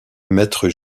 maître